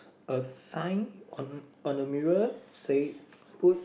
a sign on on the mirror say put